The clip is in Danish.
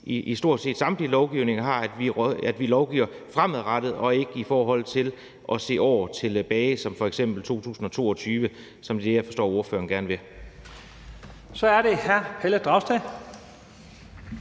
i stort set samtlige lovgivninger, at vi lovgiver fremadrettet og ikke i forhold til at se år tilbage, som f.eks. til 2022, hvilket er det, jeg forstår ordføreren gerne vil. Kl. 13:39 Første